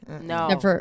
No